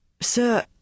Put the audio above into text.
Sir